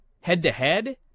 head-to-head